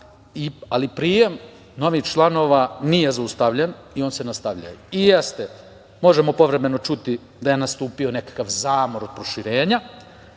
ali prijem novih članova nije zaustavljen i on se nastavlja. Jeste, možemo povremeno čuti da je nastupio nekakav zamor od proširenja,